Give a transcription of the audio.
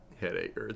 Headache